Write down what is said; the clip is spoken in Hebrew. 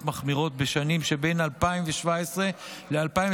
מחמירות בשנים שבין 2017 ל-2022,